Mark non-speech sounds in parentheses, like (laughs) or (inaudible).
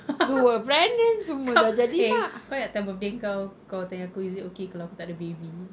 (laughs) kau eh kau ingat time birthday kau kau tanya aku is it okay kalau aku takde baby